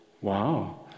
Wow